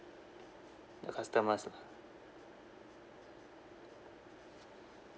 the customers lah